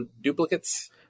duplicates